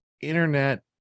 internet